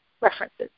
references